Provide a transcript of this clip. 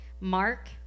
Mark